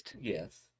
Yes